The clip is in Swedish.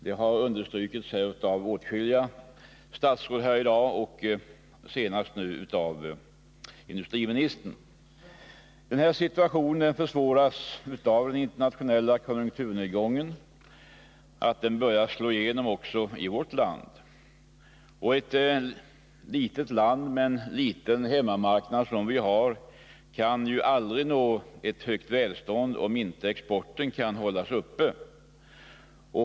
Det har i dag understrukits av åtskilliga statsråd och nu senast av industriministern. Situationen förvärras av att den internationella konjunkturnedgången nu börjar slå igenom också i vårt land. Ett litet land med en liten hemmamarknad kan aldrig nå högt välstånd om inte exporten kan hållas uppe.